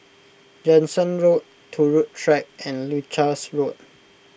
Jansen Road Turut Track and Leuchars Road